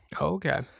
okay